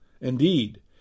Indeed